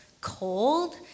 cold